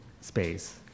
space